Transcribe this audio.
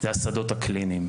זה השדות הקליניים.